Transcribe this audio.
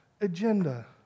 agenda